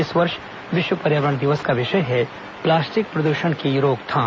इस वर्ष विश्व पर्यावरण दिवस का विषय है प्लास्टिक प्रदूषण की रोकथाम